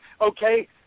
Okay